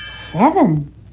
Seven